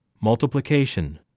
Multiplication